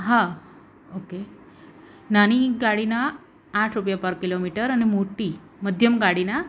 હા ઓકે નાની ગાડીના આઠ રૂપિયા પર કિલોમીટર અને મોટી મધ્યમ ગાડીના